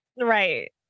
Right